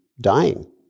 dying